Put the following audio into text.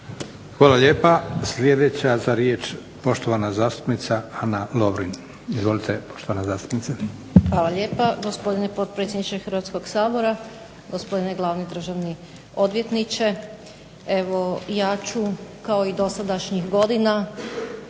Hvala lijepa. Sljedeća za riječ poštovana zastupnica Ana Lovrin. Izvolite poštovana zastupnice. **Lovrin, Ana (HDZ)** Hvala lijepa, gospodine potpredsjedniče Hrvatskoga sabora. Gospodine glavni državni odvjetniče. Evo ja ću kao i dosadašnjih godina